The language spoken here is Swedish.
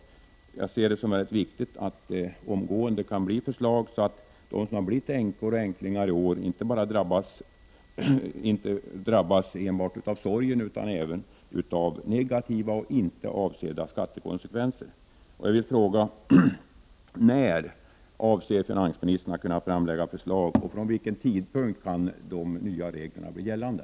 Jag anser att det är väldigt viktigt att vi omgående kan få förslag så att det kan undvikas att de som har blivit änkor och änklingar i år förutom av sorgen till följd av dödsfallet också drabbas av negativa och inte avsedda skattekonsekvenser.